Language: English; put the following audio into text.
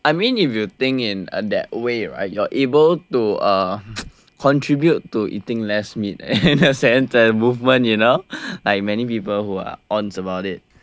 I mean if you think in that way right you are able to uh contribute to eating less meat in a sense and movement you know like many people who are onz about it